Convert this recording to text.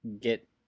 get